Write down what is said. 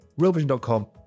realvision.com